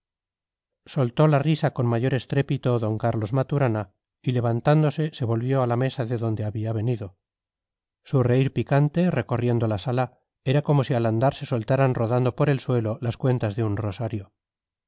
soltó la risa con mayor estrépito d carlos maturana y levantándose se volvió a la mesa de donde había venido su reír picante recorriendo la sala era como si al andar se soltaran rodando por el suelo las cuentas de un rosario